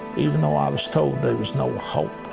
even though i was told there was no hope.